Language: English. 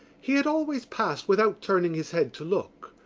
he had always passed without turning his head to look.